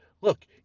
Look